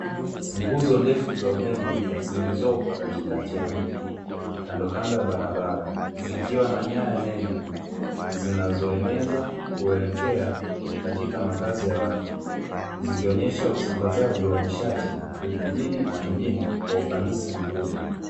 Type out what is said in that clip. Nguzo ndefu za umeme zilizopo katikati ya mji kando kando ya barabara zikiwa na nyaya nene zinazoenezwa kuelekea katika makazi ya watu zikionyesha usambazaji wa nishati vijijini na mijini kwa ufanisi mkubwa.